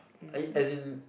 as in